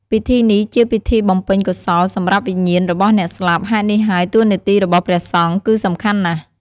ពិធីនេះ ជាពិធីបំពេញកុសលសម្រាប់វិញ្ញាណរបស់អ្នកស្លាប់ ហេតុនេះហើយតួនាទីរបស់ព្រះសង្ឃគឺសំខាន់ណាស់។